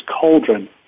cauldron